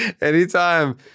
Anytime